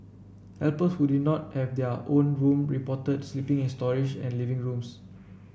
helper who did not have their own room reported sleeping in storage and living rooms